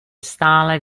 stále